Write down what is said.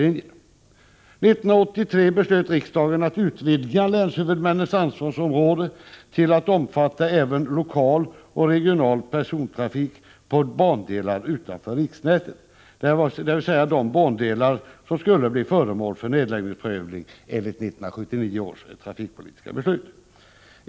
1983 beslöt riksdagen att utvidga länshuvudmännens ansvarsområde till att omfatta även lokal och regional persontrafik på bandelar utanför riksnätet, dvs. på de bandelar som skulle bli föremål för nedläggningsprövning enligt 1979 års trafikpolitiska beslut.